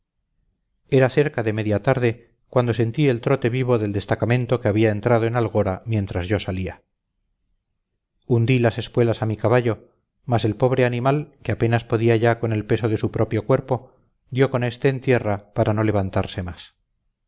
era cerca de media tarde cuando sentí el trote vivo del destacamento que había entrado en algora mientras yo salía hundí las espuelas a mi caballo mas el pobre animal que apenas podía ya con el peso de su propio cuerpo dio con este en tierra para no levantarse más